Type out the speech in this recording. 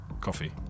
Coffee